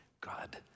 God